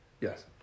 Yes